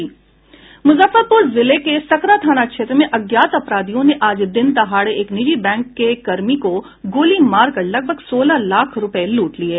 मूजफ्फरपूर जिले के सकरा थाना क्षेत्र में अज्ञात अपराधियों ने आज दिन दहाड़े एक निजी बैंक के कर्मी को गोली मारकर लगभग सोलह लाख रूपये लूट लिये